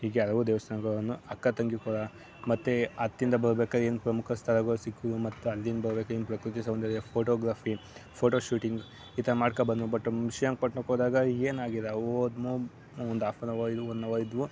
ಹೀಗೆ ಹಲವು ದೇವಸ್ಥಾನಗಳನ್ನು ಅಕ್ಕ ತಂಗಿ ಪುರ ಮತ್ತೇ ಅತ್ತಿಂದ ಬರ್ಬೇಕಾದ್ರೆ ಏನು ಪ್ರಮುಖ ಸ್ಥಳಗಳು ಸಿಕ್ಕುವು ಮತ್ತೆ ಅಲ್ಲಿಂದ ಬರ್ಬೇಕು ಏನು ಪ್ರಕೃತಿ ಸೌಂದರ್ಯ ಫೋಟೋಗ್ರಾಫಿ ಫೋಟೊ ಶೂಟಿಂಗ್ ಈ ಥರ ಮಾಡ್ಕೊ ಬಂದೆವು ಬಟ್ ಶ್ರೀರಂಗಪಟ್ಟಣಕ್ಕೆ ಹೋದಾಗ ಏನಾಗಿಲ್ಲ ಹೋದೆನೋ ಒಂದು ಹಾಫ್ ಆ್ಯನ್ ಅವರ್ ಇದು ಒನ್ ಅವರ್ ಇದ್ದೆವು